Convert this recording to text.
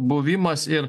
buvimas ir